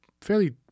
fairly